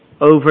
over